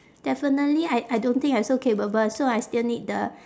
definitely I I don't think I'm so capable so I still need the